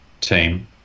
team